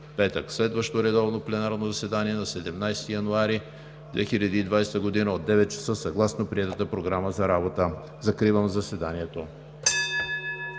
Следващо редовно пленарно заседание – на 17 януари 2020 г. от 9,00 ч., съгласно приетата Програма за работа. Закривам заседанието.